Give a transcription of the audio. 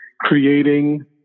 creating